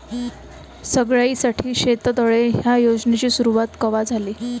सगळ्याइसाठी शेततळे ह्या योजनेची सुरुवात कवा झाली?